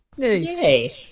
Yay